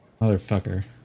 Motherfucker